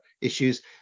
issues